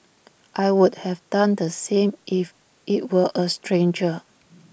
I would have done the same if IT were A stranger